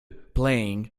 playing